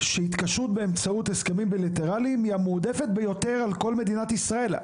שהתקשרות באמצעות הסכמים בילטרליים היא מועדפת על כל מדינת ישראל,